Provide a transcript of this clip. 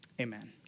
Amen